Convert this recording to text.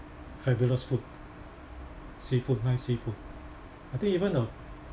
fabulous food seafood nice seafood I think even the